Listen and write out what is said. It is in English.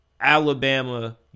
Alabama